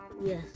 Yes